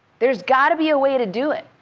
there's got to be a way to do it.